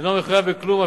אינו מחויב בכלום,